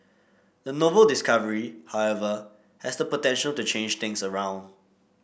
the novel discovery however has the potential to change things around